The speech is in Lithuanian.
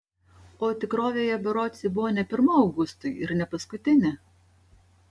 o tikrovėje berods ji buvo ne pirma augustui ir ne paskutinė